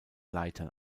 leitern